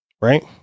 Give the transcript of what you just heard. Right